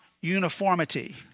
uniformity